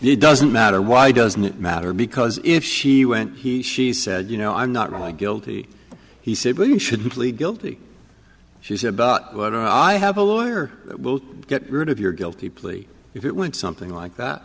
it doesn't matter why doesn't it matter because if she went he she said you know i'm not really guilty he said well you shouldn't plead guilty she said but what i have a lawyer will get rid of your guilty plea if it went something like that